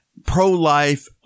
pro-life